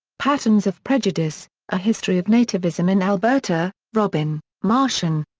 patterns of prejudice a history of nativism in alberta robin, martion.